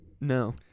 No